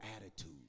attitude